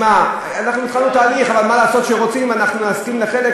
אבל אני שואל,